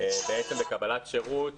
בקבלת שירות